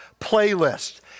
Playlist